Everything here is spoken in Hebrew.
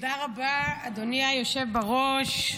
תודה רבה, אדוני היושב בראש.